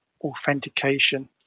authentication